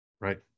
Right